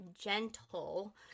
gentle